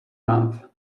month